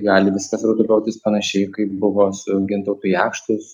gali viskas rutuliotis panašiai kaip buvo su gintautu jakštu